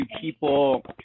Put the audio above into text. people